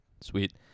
sweet